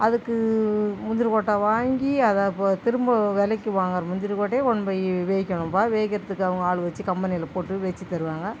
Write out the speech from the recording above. அதுக்கு முந்திரிக் கொட்டை வாங்கி அதை போ திரும்ப விலைக்கி வாங்குற முந்திரி கொட்டையே கொண்டுபோயி வெக்கணும்பா வெக்கிறதுக்கு அவங்க ஆளு வச்சு கம்பெனியில் போட்டு வெச்சி தருவாங்க